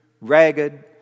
ragged